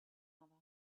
another